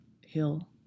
hill